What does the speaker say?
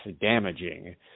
damaging